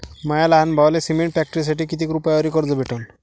माया लहान भावाले सिमेंट फॅक्टरीसाठी कितीक रुपयावरी कर्ज भेटनं?